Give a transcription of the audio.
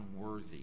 unworthy